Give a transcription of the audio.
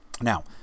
Now